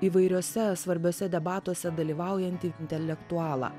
įvairiuose svarbiuose debatuose dalyvaujantį intelektualą